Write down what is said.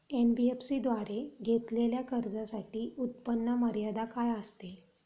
NBFC द्वारे घेतलेल्या कर्जासाठी उत्पन्न मर्यादा काय असते?